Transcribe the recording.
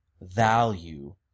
value